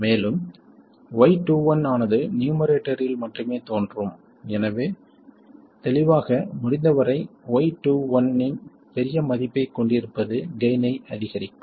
மேலும் y21 ஆனது நியூமரேட்டரில் மட்டுமே தோன்றும் எனவே தெளிவாக முடிந்தவரை y21 இன் பெரிய மதிப்பைக் கொண்டிருப்பது கெய்ன் ஐ அதிகரிக்கும்